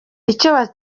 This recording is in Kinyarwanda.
icyo